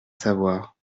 savoir